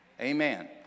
Amen